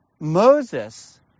Moses